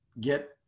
get